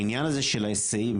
העניין הזה של ההיסעים,